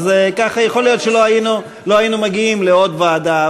ככה יכול להיות שלא היינו מגיעים לעוד ועדה,